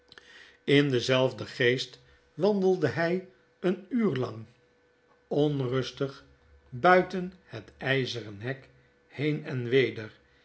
in denzelfden geest wandelde hy een uur lang onrustig buiten het yzeren hek heen en weder